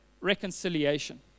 reconciliation